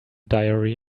diary